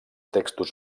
textos